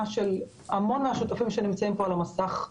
של המון מהשותפים שנמצאים פה על המסך,